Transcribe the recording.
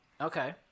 Okay